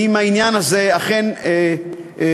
אם העניין הזה אכן יישקל.